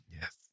Yes